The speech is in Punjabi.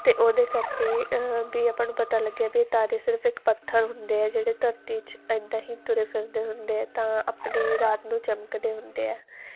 ਅਤੇ ਉਹਦੇ ਕਰਕੇ ਵੀ ਆਪਾਂ ਨੂੰ ਪਤਾ ਲੱਗਿਆ ਵੀ ਇਹ ਤਾਰੇ ਸਿਰਫ ਇੱਕ ਪੱਥਰ ਹੁੰਦੇ ਆ ਜਿਹੜੇ ਧਰਤੀ 'ਚ ਇੱਦਾਂ ਹੀ ਤੁਰੇ ਫਿਰਦੇ ਹੁੰਦੇ ਆ ਤਾਂ ਆਪਣੇ ਰਾਤ ਨੂੰ ਚਮਕਦੇ ਹੁੰਦੇ ਆ